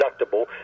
deductible